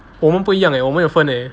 我们不一样 leh 我们有分 leh